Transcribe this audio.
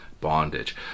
bondage